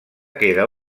queda